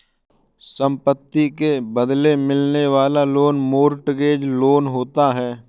संपत्ति के बदले मिलने वाला लोन मोर्टगेज लोन होता है